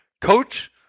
Coach